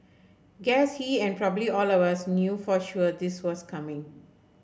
guess he and probably all of us knew for sure this was coming